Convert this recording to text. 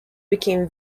became